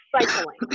cycling